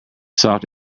soft